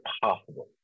possible